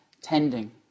tending